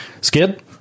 Skid